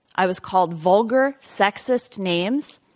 i was called vulgar sexist names.